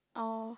oh